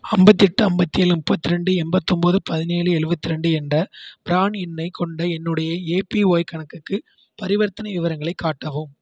ஐம்பத்தெட்டு ஐம்பத்தேழு முப்பத்தி ரெண்டு எண்பத்தொம்போது பதினேழு எழுபத்தி ரெண்டு என்ற பிரான் எண்ணை கொண்ட என்னுடைய ஏபிஐ கணக்குக்கு பரிவர்த்தனை விவரங்களைக் காட்டவும்